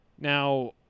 now